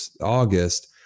August